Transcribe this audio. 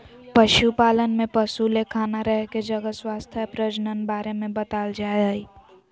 पशुपालन में पशु ले खाना रहे के जगह स्वास्थ्य प्रजनन बारे में बताल जाय हइ